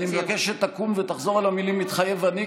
מבקש שתקום ותחזור על המילים "מתחייב אני",